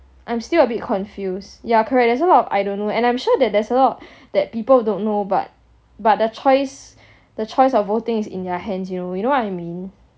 I'm still a bit confused yeah correct there's a lot of I don't know and I'm sure that there's a lot that people don't know but but the choice the choice of voting is in their hands you know you know what I mean